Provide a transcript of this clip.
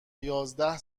یازده